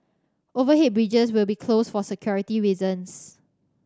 overhead bridges will be closed for security reasons